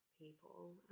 people